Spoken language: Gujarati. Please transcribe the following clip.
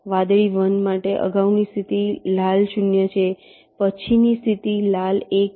વાદળી 1 માટે અગાઉની સ્થિતિ લાલ 0 છે પછીની સ્થિતિ લાલ1 છે